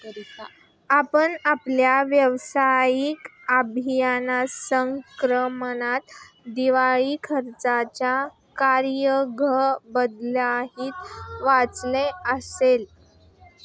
आपण आपल्या व्यावसायिक अभ्यासक्रमात दिवाळखोरीच्या कायद्याबद्दलही वाचले असेल